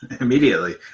Immediately